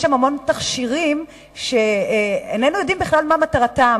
המון תכשירים שאיננו יודעים בכלל מה מטרתם,